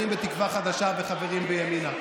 חברים בתקווה חדשה וחברים בימינה,